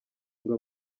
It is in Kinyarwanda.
ngo